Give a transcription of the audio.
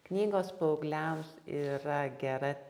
knygos paaugliams yra gera